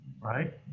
right